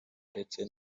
ndetse